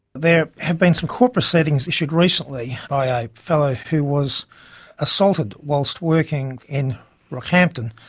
there have been some court proceedings issued recently by a fellow who was assaulted whilst working in rockhampton.